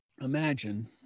Imagine